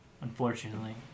Unfortunately